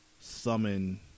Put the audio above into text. summon